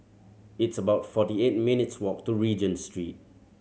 it's about forty eight minutes' walk to Regent Street